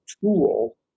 tool